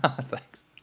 Thanks